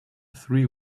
three